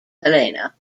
helena